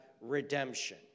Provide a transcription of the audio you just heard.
redemption